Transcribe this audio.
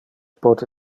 pote